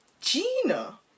Gina